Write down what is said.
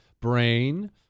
brain